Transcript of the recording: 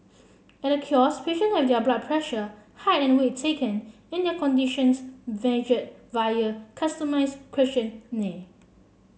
at the kiosk patient have their blood pressure height and weight taken and their conditions via a customised questionnaire